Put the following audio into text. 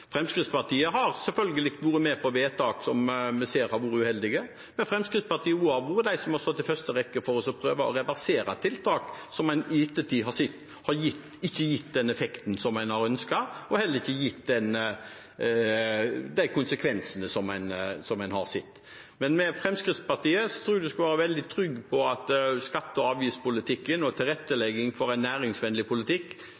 Fremskrittspartiet gjør. Fremskrittspartiet har selvfølgelig vært med på vedtak som vi ser har vært uheldige, men Fremskrittspartiet har også vært av dem som har stått i første rekke for å prøve å reversere tiltak som man i ettertid har sett ikke har gitt den effekten som man har ønsket, og heller ikke gitt de konsekvensene man har ønsket. Men med Fremskrittspartiet tror jeg man skal være veldig trygg på skatte- og avgiftspolitikken og